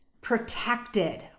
protected